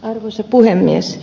arvoisa puhemies